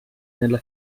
nella